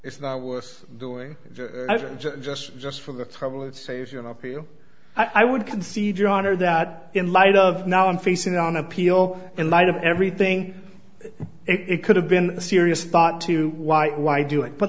it's not worth doing just just for the trouble it saves you up for you i would concede your honor that in light of now i'm facing it on appeal in light of everything it could have been a serious thought to why why do it but